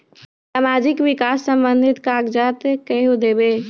समाजीक विकास संबंधित कागज़ात केहु देबे?